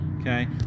Okay